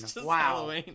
Wow